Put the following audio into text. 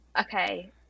okay